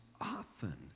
often